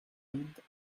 end